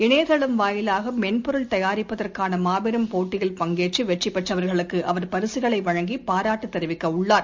இணையதளம் வாயிலாகமென்பொருள் உலகஅளவில் தயாரிப்பதற்கானமாபெரும் போட்டியில் பங்கேற்றுவெற்றிபெற்றவர்களுக்குஅவர் பரிசுகளைவழங்கிபாராட்டுதெரிவிக்கவுள்ளார்